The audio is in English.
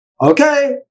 okay